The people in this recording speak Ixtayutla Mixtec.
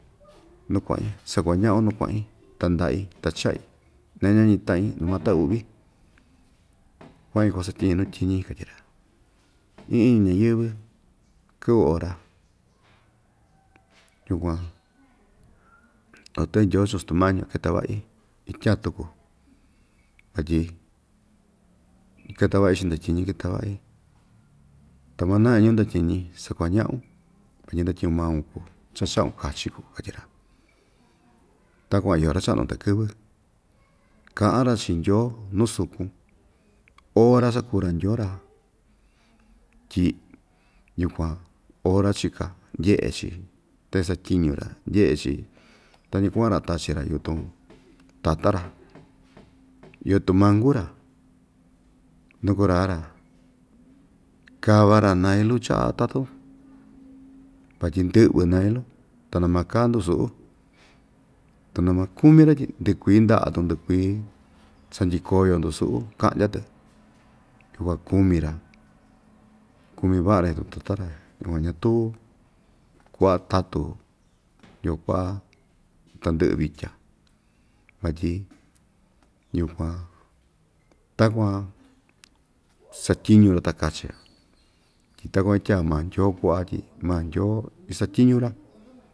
nu kua'in sakuaña'un nuu kua'in ta nda'i ta cha'i ña ña'ñi ta'in na matau'vi kua'in kuasatyiñi nu tyiñí katyi‑ra ii iñi ñayɨ́vɨ kɨ'vɨ ora yukuan ta ta'vi ndyoo chiun stumañio keta va'i ityaan tuku vatyi iketa va'i chi'in ndatyiñi iketa va'i ta manaa iñu ndatyiñi sakuaña'un vatyi ndatyiñu maun kuu cha‑cha'un kachi kuu katyi‑ra takuan iyo ra‑cha'nu takɨ́vɨ ka'an‑ra chii ndyoo nu sukun ora sakuu‑ra ndyoo‑ra tyi yukuan ora chika ndye'e‑chi ta'i satyiñu‑ra ndye'e‑chi tañi kua'an‑ra tachi‑ra yutun tatan‑ra iyo tumanku‑ra nu kura‑ra kava‑ra nailu cha'a tatu vatyi ndɨ'vɨ nailu ta namakaa ndusu'u tu namakumi‑ra tyi ndɨkui nda'a‑tun ndɨkui cha ndyikoyo ndusu'u ka'ndya‑tɨ yukuan kumi‑ra kumi va'a‑ra tata‑ra yukuan ñatuu kua'a tatu iyo ku'a tandɨ'ɨ vitya vatyi yukuan takuan satyiñu‑ra ta kachi‑ra tyi takuan itya maa ndyoo ku'a tyi maa ndyoo isatyiñu‑ra.